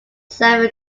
seven